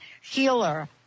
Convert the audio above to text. healer